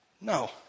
No